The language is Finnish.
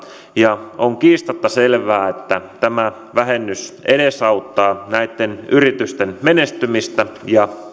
ja on kiistatta selvää että tämä vähennys edesauttaa näitten yritysten menestymistä ja